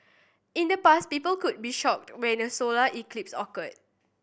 in the past people could be shocked when a solar eclipse occurred